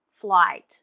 flight